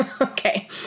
Okay